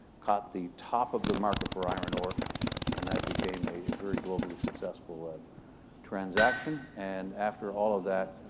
caught the top of the market for iron ore and that became a very globally successful transaction and after all of that,